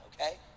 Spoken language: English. okay